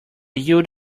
yield